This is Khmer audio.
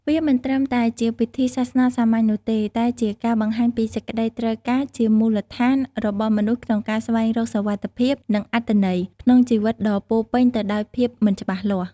វាមិនត្រឹមតែជាពិធីសាសនាសាមញ្ញនោះទេ តែជា ការបង្ហាញពីសេចក្តីត្រូវការជាមូលដ្ឋានរបស់មនុស្សក្នុងការស្វែងរកសុវត្ថិភាព និងអត្ថន័យ ក្នុងជីវិតដ៏ពោរពេញទៅដោយភាពមិនច្បាស់លាស់។